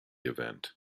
event